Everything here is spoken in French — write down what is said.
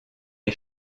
est